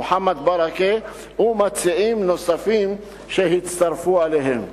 מוחמד ברכה ומציעים נוספים שהצטרפו אליהם.